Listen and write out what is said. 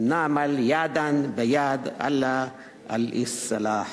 הבה נעבוד יד ביד לתיקון העיוותים.